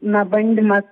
na bandymas